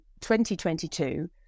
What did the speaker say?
2022